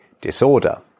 disorder